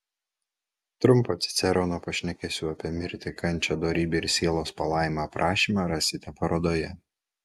trumpą cicerono pašnekesių apie mirtį kančią dorybę ir sielos palaimą aprašymą rasite parodoje